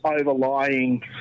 overlying